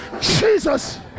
Jesus